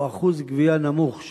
או אחוז גבייה נמוך,